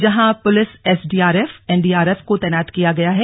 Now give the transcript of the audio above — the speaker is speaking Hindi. जहां पुलिस एसडीआरएफ एनडीआरफ को तैनात किया गया है